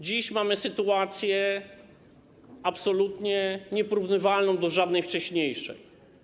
Dziś mamy sytuację absolutnie nieporównywalną do żadnej wcześniejszej.